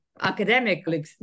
academically